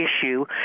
issue